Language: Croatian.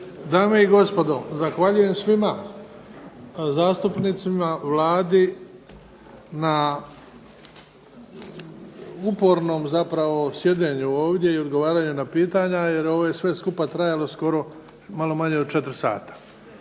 Dame i gospodo, zahvaljujem svima zastupnicima, Vladi na upornom zapravo sjedenju ovdje i odgovaranju na pitanja jer ovo je sve skupa trajalo skoro malo manje od četiri sata.